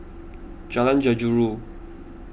Jalan Jeruju